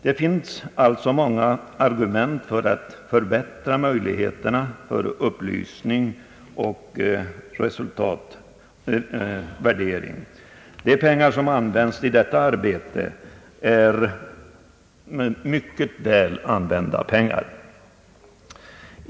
Det finns alltså många argument för att man skall förbättra möjligheterna till upplysning och resultatvärdering. De pengar som används i detta arbete är mycket väl använda.